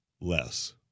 less